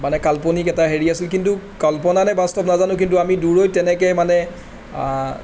মানে কাল্পনিক এটা হেৰি আছিল কিন্তু কল্পনা নে বাস্তৱ নাজানো কিন্তু আমি দূৰৈত তেনেকৈ মানে